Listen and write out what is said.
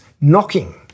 knocking